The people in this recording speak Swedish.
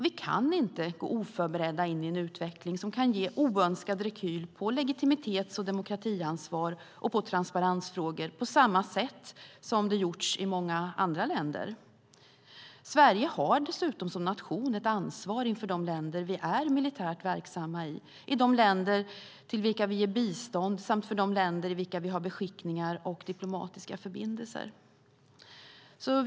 Vi kan inte gå oförberedda in i en utveckling som kan ge oönskad rekyl på legitimitets och demokratiansvar och på transparensfrågor på samma sätt som det har gjort i många andra länder. Sverige har dessutom som nation ett ansvar inför de länder som vi är militärt verksamma i, för de länder till vilka vi ger bistånd samt för de länder i vilka vi har beskickningar och diplomatiska förbindelser med.